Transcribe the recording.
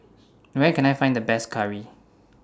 Where Can I Find The Best Curry